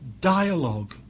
dialogue